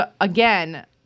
again